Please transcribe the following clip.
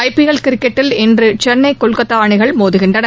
ஐ P L கிரிக்கெட்டில் இன்று சென்னை கொல்கத்தா அணிகள் மோதுகின்றன